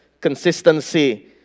consistency